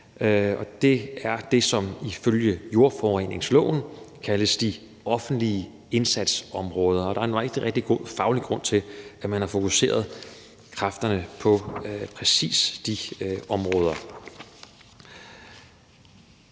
og det er det, som ifølge jordforureningsloven kaldes de offentlige indsatsområder, og der er en rigtig, rigtig god faglig grund til, at man har fokuseret kræfterne på præcis de områder.